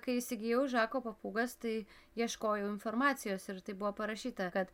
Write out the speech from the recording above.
kai įsigijau žako papūgas tai ieškojau informacijos ir tai buvo parašyta kad